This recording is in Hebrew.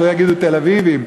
שלא יגידו: תל-אביבים.